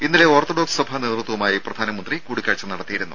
ഇന്നലെ ഓർത്തഡോക്സ് സഭാ നേതൃത്വവുമായി പ്രധാനമന്ത്രി കൂടിക്കാഴ്ച നടത്തിയിരുന്നു